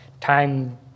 time